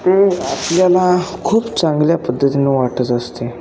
ते आपल्याला खूप चांगल्या पद्धतीनं वाटत असते